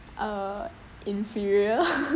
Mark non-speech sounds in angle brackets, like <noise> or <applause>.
uh inferior <laughs>